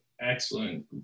excellent